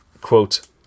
quote